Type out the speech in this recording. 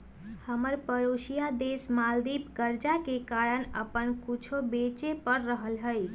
हमर परोसिया देश मालदीव कर्जा के कारण अप्पन कुछो बेचे पड़ रहल हइ